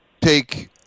take